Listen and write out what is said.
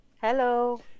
Hello